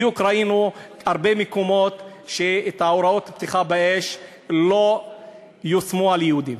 ראינו בדיוק שבהרבה מקומות הוראות הפתיחה באש לא יושמו על יהודים.